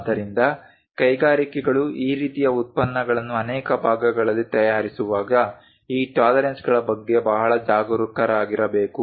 ಆದ್ದರಿಂದ ಕೈಗಾರಿಕೆಗಳು ಈ ರೀತಿಯ ಉತ್ಪನ್ನಗಳನ್ನು ಅನೇಕ ಭಾಗಗಳಲ್ಲಿ ತಯಾರಿಸುವಾಗ ಈ ಟಾಲರೆನ್ಸ್ಗಳ ಬಗ್ಗೆ ಬಹಳ ಜಾಗರೂಕರಾಗಿರಬೇಕು